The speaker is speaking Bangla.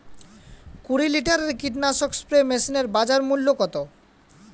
কুরি লিটারের কীটনাশক স্প্রে মেশিনের বাজার মূল্য কতো?